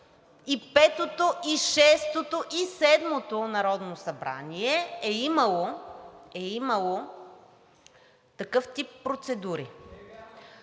и петото, и шестото, и седмото народно събрание е имало такъв тип процедури.